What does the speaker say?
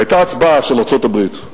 והיתה הצבעה של ארצות-הברית,